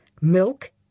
milk